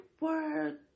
word